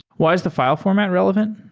why is the fi le format relevant?